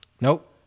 Nope